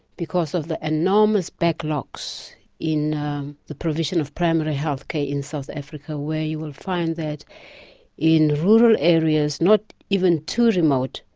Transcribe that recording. because of the enormous backlogs in the provision of primary healthcare in south africa, where you will find that in rural areas, not even too remote,